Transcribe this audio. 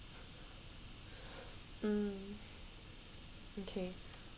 mm okay